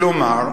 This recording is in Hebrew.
כלומר,